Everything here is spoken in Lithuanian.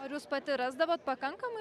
ar jūs pati rasdavot pakankamai